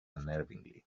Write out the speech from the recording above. unnervingly